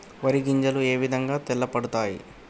వరి గింజలు ఏ విధంగా తెల్ల పడతాయి?